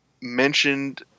mentioned